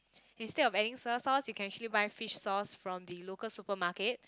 instead of adding soya sauce you can actually try buying fish sauce from the local supermarket